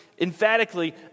emphatically